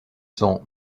son